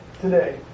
today